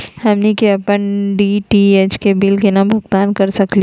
हमनी के अपन डी.टी.एच के बिल केना भुगतान कर सकली हे?